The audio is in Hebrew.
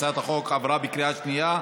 הצעת החוק עברה בקריאה שנייה.